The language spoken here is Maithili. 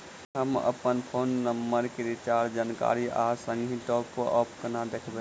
हम अप्पन फोन नम्बर केँ रिचार्जक जानकारी आ संगहि टॉप अप कोना देखबै?